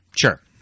Sure